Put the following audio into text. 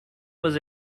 was